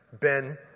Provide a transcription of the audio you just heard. Ben